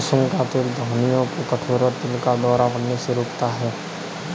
कुसुम का तेल धमनियों को कठोर और दिल का दौरा पड़ने से रोकता है